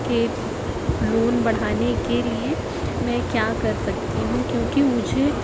کے لون بڑھانے کے لیے میں کیا کر سکتی ہوں کیونکہ مجھے